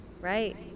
right